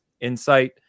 insight